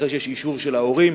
אחרי שיש אישור של ההורים.